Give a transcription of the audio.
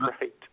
right